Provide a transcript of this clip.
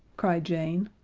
cried jane.